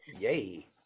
Yay